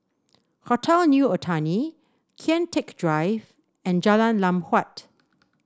Hotel New Otani Kian Teck Drive and Jalan Lam Huat